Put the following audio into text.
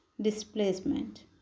displacement